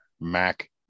mac